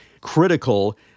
critical